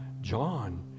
John